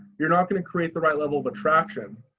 you're not going to create the right level of attraction.